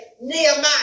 Nehemiah